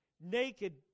naked